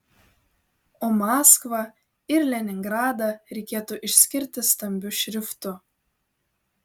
o maskvą ir leningradą reikėtų išskirti stambiu šriftu